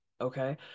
Okay